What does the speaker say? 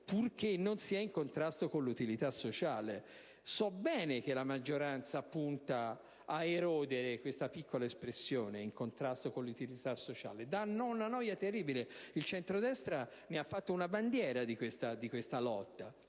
purché non sia in contrasto con l'utilità sociale. So bene che la maggioranza punta a erodere questa piccola espressione «in contrasto con l'utilità sociale», che dà una noia terribile. Il centrodestra ne ha fatto una bandiera di questa lotta: